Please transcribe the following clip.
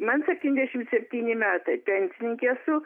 man septyniasdešimt septyni metai pensininkė su